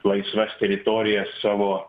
laisvas teritorijas savo